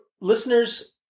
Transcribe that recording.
listeners